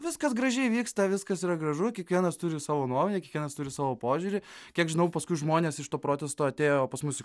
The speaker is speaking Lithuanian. viskas gražiai vyksta viskas yra gražu kiekvienas turi savo nuomonę kiekvienas turi savo požiūrį kiek žinau paskui žmonės iš to protesto atėjo pas mus į